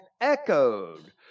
echoed